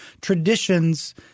traditions